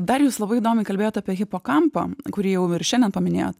dar jūs labai įdomiai kalbėjot apie hipokampą kurį jau ir šiandien paminėjot